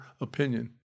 opinion